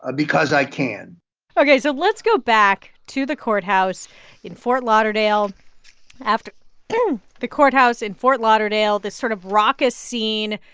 ah because i can ok. so let's go back to the courthouse in fort lauderdale after the courthouse in fort lauderdale, this sort of raucous scene.